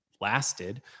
lasted